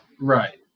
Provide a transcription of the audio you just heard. right